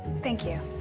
thank you.